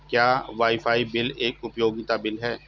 क्या wifi bill एक उपयोगिता बिल है?